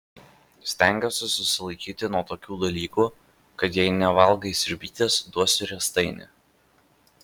stengiuosi susilaikyti nuo tokių dalykų kad jei nevalgai sriubytės duosiu riestainį